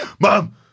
Mom